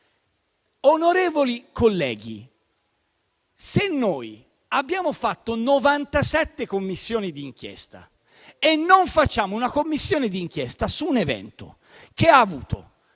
Onorevoli colleghi, noi abbiamo fatto 97 Commissioni di inchiesta e non facciamo una Commissione di inchiesta su un evento che ha visto